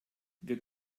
wir